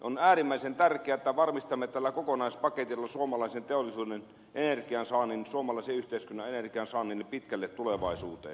on äärimmäisen tärkeää että varmistamme tällä kokonaispaketilla suomalaisen teollisuuden suomalaisen yhteiskunnan energiansaannin pitkälle tulevaisuuteen